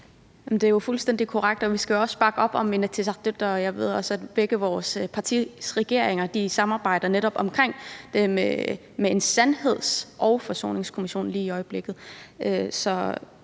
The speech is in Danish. Det er fuldstændig korrekt, og vi skal jo også bakke op om Inatsisartut, og jeg ved også, at begge vores partier samarbejder om netop en sandheds- og forsoningskommission lige i øjeblikket.